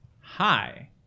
Hi